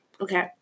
Okay